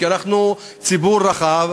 ואנחנו ציבור רחב,